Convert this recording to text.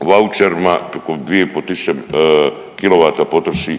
u vaučerima …/Govornik se ne razumije/… 2500 kilovata potroši